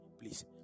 please